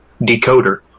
decoder